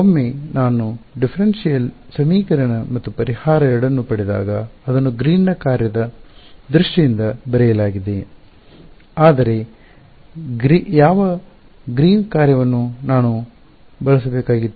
ಒಮ್ಮೆ ನಾನು ಡಿಫರೆನ್ಷಿಯಲ್ ಸಮೀಕರಣ ಮತ್ತು ಪರಿಹಾರ 2 ಅನ್ನು ಪಡೆದಾಗ ಅದನ್ನು ಗ್ರೀನ್ನ ಕಾರ್ಯದ ದೃಷ್ಟಿಯಿಂದ ಬರೆಯಲಾಗಿದೆ ಆದರೆ ಯಾವ ಗ್ರೀನ್ನ ಕಾರ್ಯವನ್ನು ನಾನು ಬಳಸಬೇಕಾಗಿತ್ತು